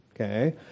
Okay